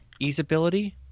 Easeability